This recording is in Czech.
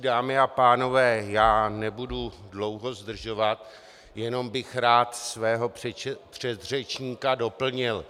Dámy a pánové, nebudu dlouho zdržovat, jenom bych rád svého předřečníka doplnil.